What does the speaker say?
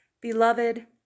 Beloved